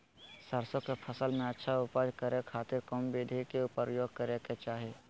सरसों के फसल में अच्छा उपज करे खातिर कौन विधि के प्रयोग करे के चाही?